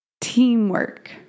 teamwork